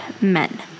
men